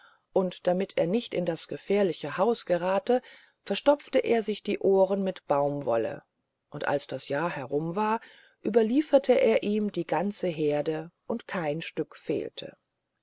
und damit er nicht in das gefährliche haus gerathe verstopfte er sich die ohren mit baumwolle und als das jahr herum war überlieferte er ihm die ganze heerde und kein stück fehlte